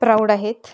proud आहेत